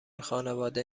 خانواده